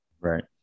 Right